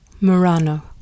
Murano